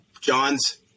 John's